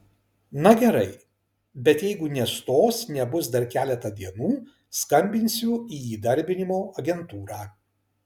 na gerai bet jeigu nestos nebus dar keletą dienų skambinsiu į įdarbinimo agentūrą